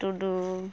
ᱴᱩᱰᱩ